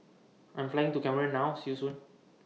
I'm Flying to Cameroon now See YOU Soon